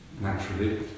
naturally